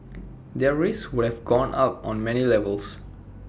their risks would have gone up on many levels